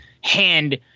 hand